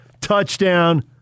touchdown